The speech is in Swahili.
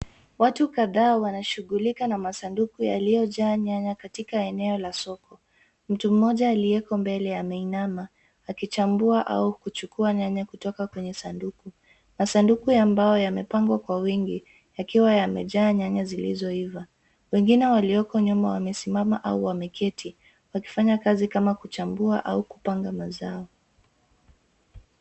Watu kadhaa wanashughulika na masanduku yaliyojaa nyanya katika eneo la soko. Mtu mmoja aliyeko mbele ameinama akichambua au kuchukua nyanya kutoka kwenye sanduku. Masanduku ya mbao yamepangwa kwa uwingi yakiwa yamejaa nyanya zilizoiva. Wengine walioko nyuma wamesimama au wameketi, wakifanya kazi kama kuchambua au kupanga mazao.